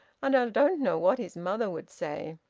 and i don't know what his mother would say!